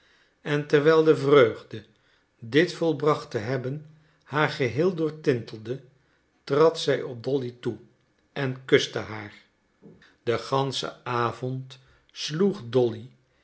en terwijl de vreugde dit volbracht te hebben haar geheel doortintelde trad zij op dolly toe en kustte haar den ganschen avond sloeg dolly